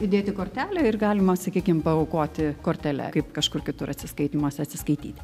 idėti kortelę ir galima sakykime paaukoti kortele kaip kažkur kitur atsiskaitymuose atsiskaityti